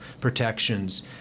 protections